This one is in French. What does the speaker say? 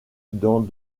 dans